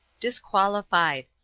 disqualified.